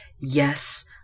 yes